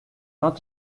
not